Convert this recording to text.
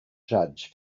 judge